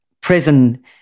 prison